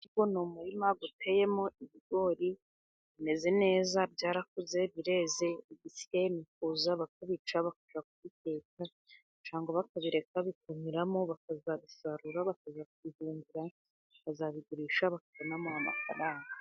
Uyu ni umurima uteyemo ibigori bimeze neza, byarakuze bireze. Igisiaye ni kuza bakabica bakajya kubiteka cyangwa bakabireka bikumiramo bakazabisarura bakajya kubihungira, bakazabigurisha bakabonamo amafaranga.